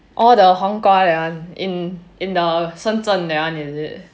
orh the 黄瓜 that one in the 深圳 that one is it